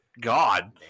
God